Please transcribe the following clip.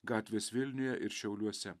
gatvės vilniuje ir šiauliuose